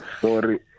Sorry